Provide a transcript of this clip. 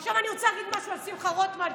ועכשיו אני רוצה להגיד משהו על שמחה רוטמן,